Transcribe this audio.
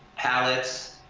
palettes,